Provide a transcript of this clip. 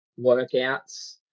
workouts